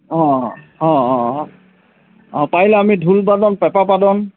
অঁ অঁ অঁ অ অঁ পাৰিলে আমি ঢোল বাদন পেঁপা বাদন